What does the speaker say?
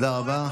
תודה רבה.